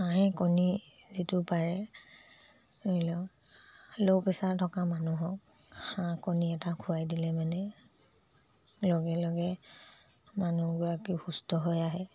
হাঁহে কণী যিটো পাৰে ধৰি লওক ল' প্ৰেচাৰ থকা মানুহক হাঁহ কণী এটা খোৱাই দিলে মানে লগে লগে মানুহগৰাকী সুস্থ হৈ আহে